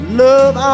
love